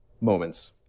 moments